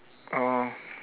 oh